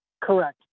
Correct